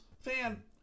fan